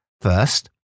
First